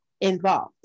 involved